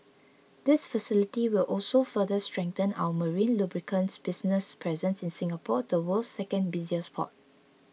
this facility will also further strengthen our marine lubricants business's presence in Singapore the world's second busiest port